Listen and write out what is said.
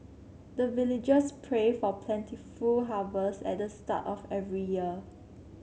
the villagers pray for plentiful harvest at the start of every year